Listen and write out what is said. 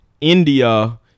India